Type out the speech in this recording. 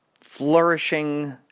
flourishing